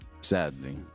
sadly